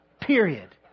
Period